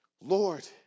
Lord